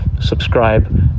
subscribe